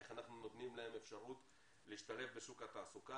איך אנחנו נותנים להם אפשרות להשתלב בשוק התעסוקה